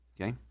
Okay